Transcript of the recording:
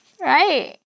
right